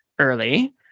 Early